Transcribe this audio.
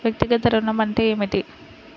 వ్యక్తిగత ఋణం అంటే ఏమిటి?